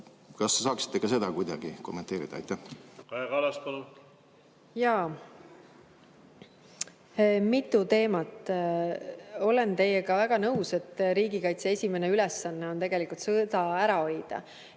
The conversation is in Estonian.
Kas te saaksite ka seda kuidagi kommenteerida? Kaja Kallas, palun! Jaa. Mitu teemat. Olen teiega väga nõus, et riigikaitse esimene ülesanne on tegelikult sõda ära hoida.